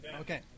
Okay